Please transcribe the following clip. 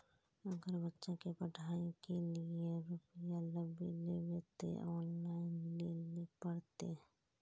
अगर बच्चा के पढ़ाई के लिये रुपया लेबे ते ऑनलाइन लेल पड़ते?